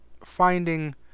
finding